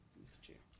mr. chair.